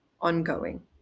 ongoing